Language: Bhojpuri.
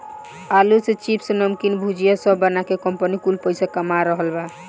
आलू से चिप्स, नमकीन, भुजिया सब बना के कंपनी कुल पईसा कमा रहल बा